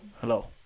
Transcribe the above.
Hello